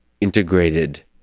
integrated